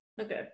Okay